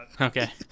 Okay